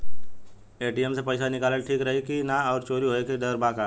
ATM से पईसा निकालल ठीक रही की ना और चोरी होये के डर बा का?